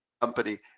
company